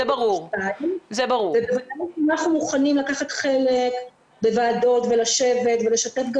אנחנו מוכנים לקחת חלק בוועדות ולשבת ולשתף גם